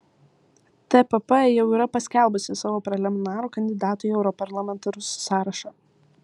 tpp jau yra paskelbusi savo preliminarų kandidatų į europarlamentarus sąrašą